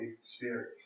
Spirit